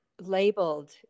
labeled